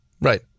Right